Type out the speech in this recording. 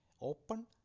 open